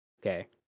Okay